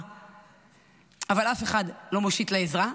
מבקשת עזרה.